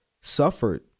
suffered